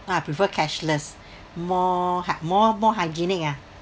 I prefer cashless more hy~ more more hygienic ah